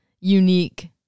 unique